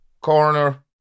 corner